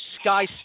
Sky